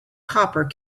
copper